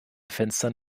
fenstern